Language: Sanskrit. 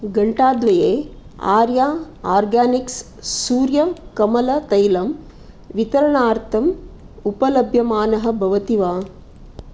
घण्टाद्वये आर्या आर्गानिक्स् सूर्य्यकमलतैलं वितरणार्थम् उपलभ्यमानः भवति वा